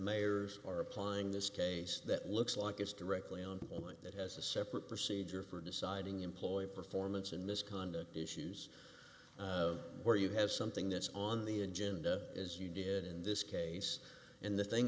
mayors are applying this case that looks like it's directly on point that has a separate procedure for deciding employee performance in this conduct issues where you have something that's on the agenda as you did in this case and the thing